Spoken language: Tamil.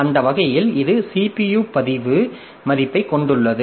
அந்த வகையில் இது CPU பதிவு மதிப்பைக் கொண்டுள்ளது